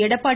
Edappadi